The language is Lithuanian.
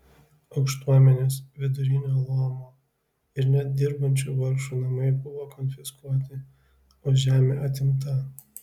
aukštuomenės vidurinio luomo ir net dirbančių vargšų namai buvo konfiskuoti o žemė atimta